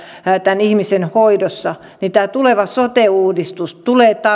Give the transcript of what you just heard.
tämän ihmisen hoidossa tämä tuleva sote uudistus tulee